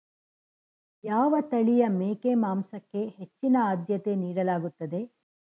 ಯಾವ ತಳಿಯ ಮೇಕೆ ಮಾಂಸಕ್ಕೆ ಹೆಚ್ಚಿನ ಆದ್ಯತೆ ನೀಡಲಾಗುತ್ತದೆ?